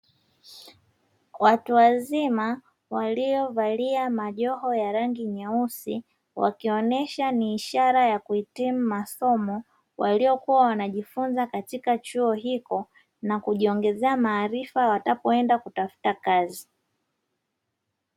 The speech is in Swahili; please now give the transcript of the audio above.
Watu wazima waliovalia majoho ya rangi nyeusi wakionesha ni ishara ya kuhitimu masomo waliokuwa wanajifunza katika chuo hiko, na kujiongezea maarifa watakapoenda kutafuta kazi.